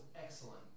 excellent